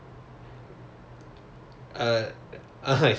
okay அவரோட:avaroda doctor or [what] அவங்களோட:avangaloda doctor